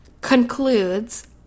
concludes